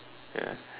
ya